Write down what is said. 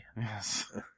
Yes